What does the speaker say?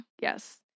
Yes